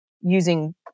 using